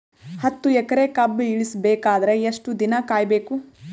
ಹತ್ತು ಎಕರೆ ಕಬ್ಬ ಇಳಿಸ ಬೇಕಾದರ ಎಷ್ಟು ದಿನ ಕಾಯಿ ಬೇಕು?